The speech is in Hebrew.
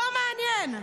לא מעניין.